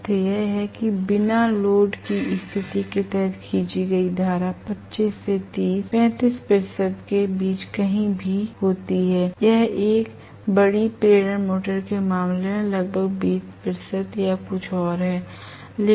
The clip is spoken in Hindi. तथ्य यह है कि बिना लोड की स्थिति के तहत खींची गई धारा 25 से 30 35 प्रतिशत के बीच कहीं भी होती है यह एक बड़ी प्रेरण मोटर के मामले में लगभग 20 प्रतिशत या कुछ और है